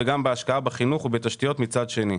ובהשקעה בחינוך ובתשתיות מצד שני.